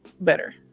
better